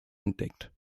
entdeckt